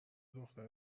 دختر